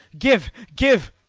give, give